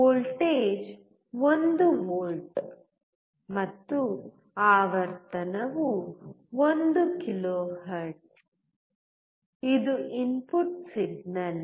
voltage 1 volt ಮತ್ತು ಆವರ್ತನವು 1 kilohertz ಇದು ಇನ್ಪುಟ್ ಸಿಗ್ನಲ್